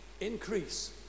Increase